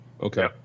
Okay